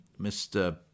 Mr